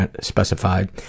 specified